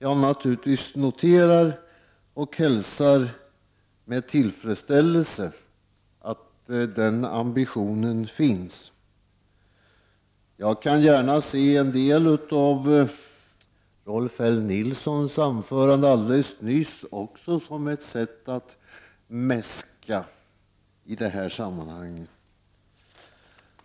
Jag noterar det och hälsar naturligtvis med tillfredsställelse att den ambitionen finns. Jag ser också gärna en del av Rolf L Nilsons anförande som ett sätt att mäska i det här sammanhanget.